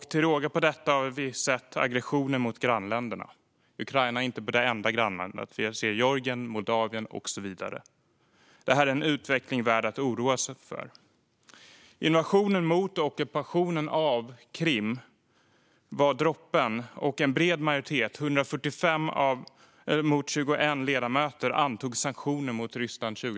Utöver detta har vi sett aggressionen mot grannländerna. Ukraina är inte det enda; det handlar även om Georgien, Moldavien och så vidare. Det här är en utveckling värd att oroa sig för. Invasionen och ockupationen av Krim var droppen, och en bred majoritet - 145 mot 21 ledamöter - antog 2014 sanktioner mot Ryssland.